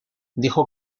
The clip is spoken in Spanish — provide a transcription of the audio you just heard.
dijo